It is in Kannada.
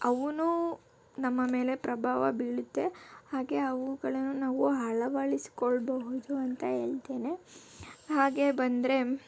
ಅವು ನಮ್ಮ ಮೇಲೆ ಪ್ರಭಾವ ಬೀರುತ್ತೆ ಹಾಗೆ ಅವುಗಳನ್ನು ನಾವು ಅಳವಡಿಸಿಕೊಳ್ಳಬಹುದು ಅಂತ ಹೇಳ್ತೇನೆ ಹಾಗೇ ಬಂದರೆ